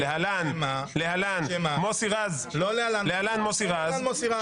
להלן מוסי רז --- לא "להלן מוסי רז".